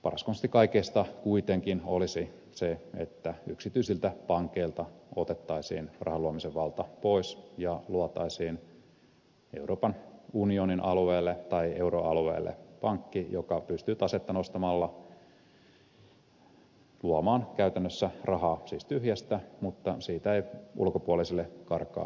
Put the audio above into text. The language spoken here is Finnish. paras konsti kaikista kuitenkin olisi se että yksityisiltä pankeilta otettaisiin rahan luomisen valta pois ja luotaisiin euroopan unionin alueelle tai euroalueelle pankki joka pystyy tasetta nostamalla luomaan käytännössä rahaa siis tyhjästä mutta siitä ei ulkopuolisille karkaa silloin korkoa